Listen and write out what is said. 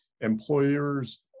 employers